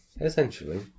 Essentially